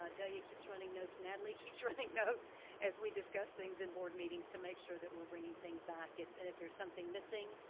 ah delia keeps running notes, natalie keeps running notes as we discuss things in board meetings, to make sure that we're bringing things back. and if there's something missing,